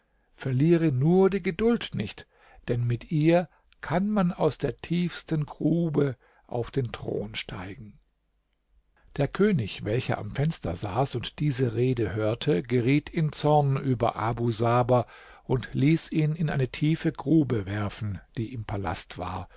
verliere nur die geduld nicht denn mit ihr kann man aus der tiefsten grube auf den thron steigen der könig welcher am fenster saß und diese rede hörte geriet in zorn über abu saber und ließ ihn in eine tiefe grube werfen die im palast war